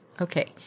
Okay